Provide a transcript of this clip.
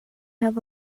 have